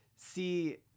see